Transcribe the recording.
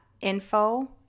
info